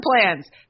plans